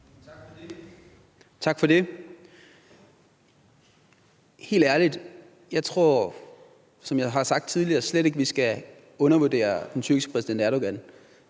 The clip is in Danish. Tak for det. Helt ærligt tror jeg – som jeg har sagt tidligere – slet ikke, at vi skal undervurdere den tyrkiske præsident Erdogan.